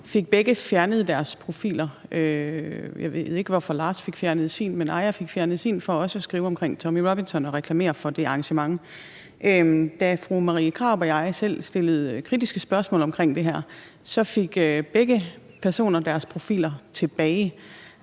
fik begge fjernet deres profiler. Jeg ved ikke, hvorfor Lars fik fjernet sin, men Aia fik fjernet sin for også at skrive om Tommy Robinson og reklamere for det arrangement. Da fru Marie Krarup og jeg selv stillede kritiske spørgsmål omkring det her, fik begge personer deres profiler tilbage.